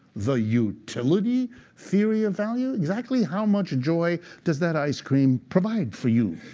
the utility theory of value? exactly how much joy does that ice cream provide for you?